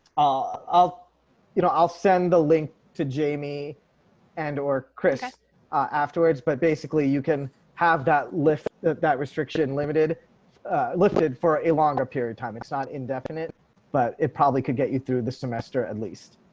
ah i'll you know i'll send the link to jamie and or chris afterwards. but basically, you can have that lift that that restriction limited lifted for a longer period time. it's not indefinite but it probably could get you through the semester, at least.